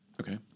Okay